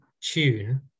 tune